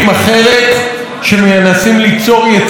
שמנסים ליצור יצירה עצמאית,